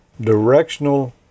directional